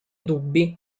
dubbi